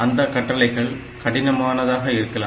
அந்த கட்டளைகள் கடினமானதாக இருக்கலாம்